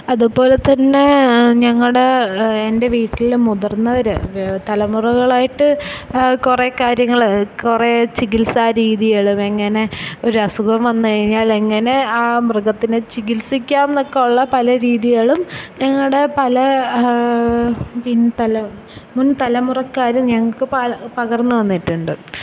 അതുപോലെത്തന്നെ ഞങ്ങളുടെ എൻ്റെ വീട്ടിലെ മുതിർന്നവര് തലമുറകളായിട്ട് കുറേ കാര്യങ്ങള് കുറേ ചികിത്സാരീതികളും എങ്ങനെ ഒരസുഖം വന്നുകഴിഞ്ഞാൽ എങ്ങനെ ആ മൃഗത്തിനെ ചികിൽസിക്കാമെന്നൊക്കെയുള്ള പലരീതികളും ഞങ്ങളുടെ പല മുൻതലമുറക്കാര് ഞങ്ങള്ക്ക് പകർന്ന് തന്നിട്ടുണ്ട്